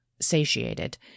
satiated